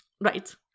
Right